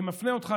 אני מפנה אותך,